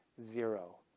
zero